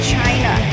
China